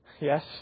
Yes